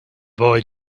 boy